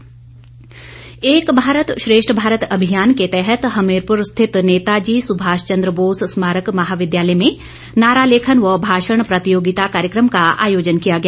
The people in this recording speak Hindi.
एक भारत श्रेष्ठ भारत कार्यक्रम एक भारत श्रेष्ठ भारत अभियान के तहत हमीरपुर स्थित नेता जी सुभाष चंद्र बोस स्मारक महाविद्यालय में नारा लेखन व भाषण प्रतियोगिता कार्यक्रम का आयोजन किया गया